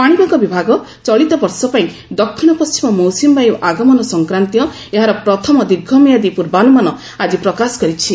ପାଣିପାଗ ବିଭାଗ ଚଳିତ ବର୍ଷ ପାଇଁ ଦକ୍ଷିଣ ପଣ୍ଢିମ ମୌସୁମୀ ବାୟୁ ଆଗମନ ସଂକ୍ରାନ୍ତୀୟ ଏହାର ପ୍ରଥମ ଦୀର୍ଘମିଆଦି ପ୍ରର୍ବାନୁମାନ ଆଜି ପ୍ରକାଶ କରିଛି